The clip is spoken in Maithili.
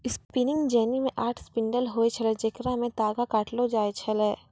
स्पिनिंग जेनी मे आठ स्पिंडल होय छलै जेकरा पे तागा काटलो जाय छलै